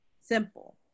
simple